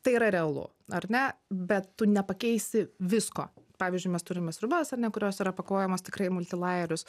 tai yra realu ar ne bet tu nepakeisi visko pavyzdžiui mes turime sriubas ar ne kurios yra pakuojamos tikrai į multilajerius